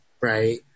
right